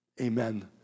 Amen